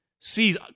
Sees